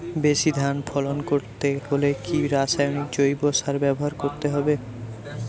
বেশি ধান ফলন করতে হলে কি রাসায়নিক জৈব সার ব্যবহার করতে হবে?